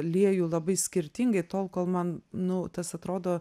lieju labai skirtingai tol kol man nu tas atrodo